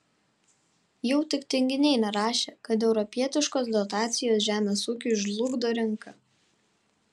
jau tik tinginiai nerašė kad europietiškos dotacijos žemės ūkiui žlugdo rinką